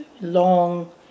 long